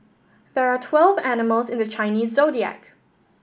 there are twelve animals in the Chinese Zodiac